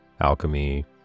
alchemy